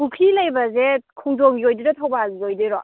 ꯄꯨꯈꯤ ꯂꯩꯕꯁꯦ ꯈꯣꯡꯖꯣꯝꯒꯤ ꯑꯣꯏꯗꯣꯏꯔꯣ ꯊꯧꯕꯥꯜꯒꯤ ꯑꯣꯏꯗꯣꯏꯔꯣ